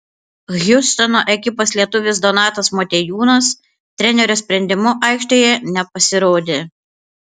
hjustono ekipos lietuvis donatas motiejūnas trenerio sprendimu aikštėje nepasirodė